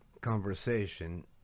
conversation